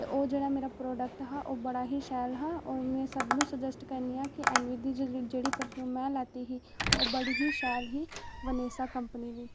ते ओह् जेह्ड़ा मेरा प्रोडक्ट हा ओह् बड़ा ही शैल हा और में सभनें ई सुजैस्ट करनी आं कि ऐन ई डी जेह्ड़ी में पर्फ्यूम लैती ही ओह् बड़ी ही शैल ही बनीसा कंपनी दी